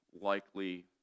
likely